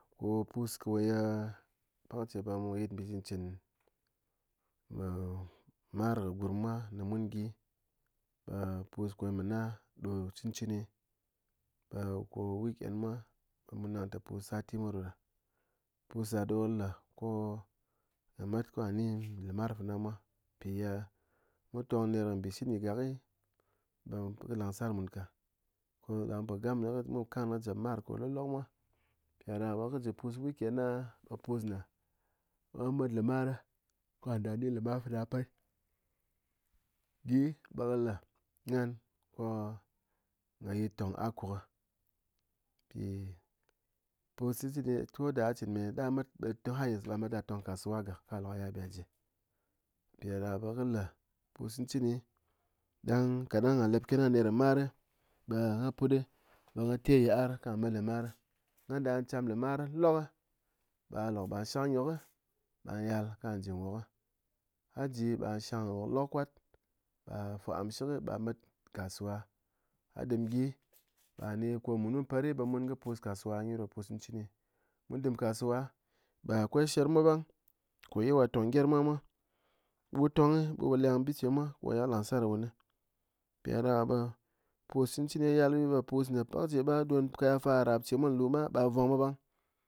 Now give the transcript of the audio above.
Po pus ko ye pakce be mu yit mbicɨcɨn me mar gurm mwa ko mun gyi, be pus koye mɨna do cɨn cɨni be ko week end mwa be mu nang nte par sati ɗoda, pus da ɗo le ko ghá met ko ghá ni lɨmar funa mwa npi ye mu tong ner kɨ mbɨshit de gak kɨ be kɨ lang sar mun ka, ko mun po kang kɨ nyi kɨ jip mar ko loklok mwa mpi dádaká be kɨ ji pus week end aá be pus ne ghá met lɨmar ko ghá dɨm ghá ni lɨmar fana pet, gyi be le ghán ko ghá yit tong akuk mpi pus cɨn cɨni to da a cinme dang ghá mat be don highest be ghá met ko gha tong kasuwa gak ko ghá lok ghá yal beji, mpi dádaká bekɨ le pus cɨn cɨni ɗang kaɗang ghá lep kene ner mar be ghá putɗe be ghá te yit'ar ko ghá met lemar ghá dɨm ghá cam lɨmar lok be ghá shang nyók be ghá yal ko ghá ji wok, ghá ji be ghá be ghá shang nyok lok kwat be ghá fo am nshɨk be ghá met kasuwa a dɨm gyi be ghá ni menu mper be mun kɨ pus kasuwa nyi do pus cɨn cɨni, mu dɨm kasuwa be akwai sher mwa bang ko ye wa tong gyerm mwa mwa bu tong bu leng bice mwa ko ye kɨ lang sar wun, mpi dádaká be pus cɨn cɨni yal be pus ne pak ce be ghá ɗon kaya fa ko rap mwa nlú ma be ghá vwang mwa bang